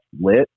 lit